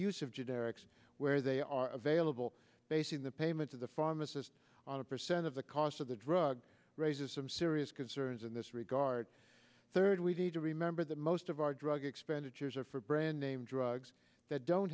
use of generics where they are available basing the payments of the pharmacist on a percent of the cost of the drug raises some serious concerns in this regard third we need to remember that most of our drug expenditures are for brand name drugs that don't